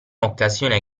occasione